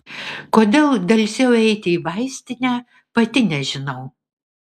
kodėl delsiau eiti į vaistinę pati nežinau